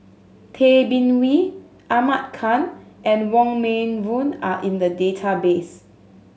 Tay Bin Wee Ahmad Khan and Wong Meng Voon are in the database